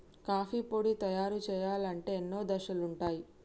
coffee పొడి తయారు చేయాలంటే ఎన్నో దశలుంటయ్